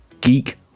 geek